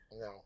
No